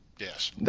yes